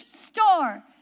store